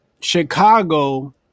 Chicago